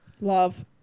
Love